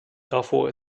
davor